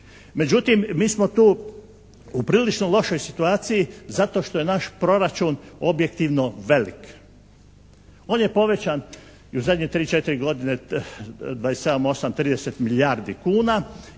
Međutim, mi smo tu u prilično lošoj situaciji zato što je naš proračun objektivno velik. On je povećan i u zadnje 3, 4 godine 27, 8, 30 milijardi kuna